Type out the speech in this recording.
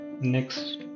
next